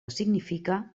significa